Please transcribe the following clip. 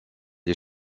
est